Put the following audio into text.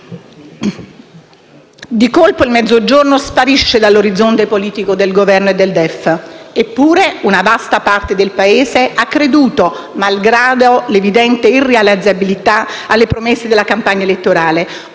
di colpo il Mezzogiorno sparisce dall'orizzonte politico del Governo e del DEF. Eppure, una vasta parte del Paese ha creduto, malgrado l'evidente irrealizzabilità, alle promesse della campagna elettorale.